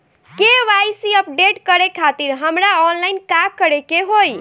KYC update करे खातिर हमरा ऑनलाइन का करे के होई?